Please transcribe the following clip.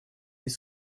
les